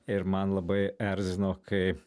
ir man labai erzino kai